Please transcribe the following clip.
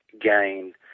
gain